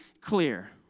clear